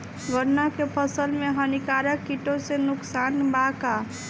गन्ना के फसल मे हानिकारक किटो से नुकसान बा का?